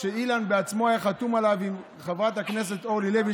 שאילן בעצמו היה חתום עליו עם חברת הכנסת אורלי לוי,